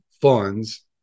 funds